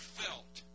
felt